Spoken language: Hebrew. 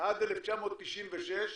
עד 1996,